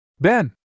Ben